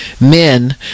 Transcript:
men